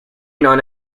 non